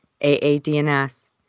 AADNS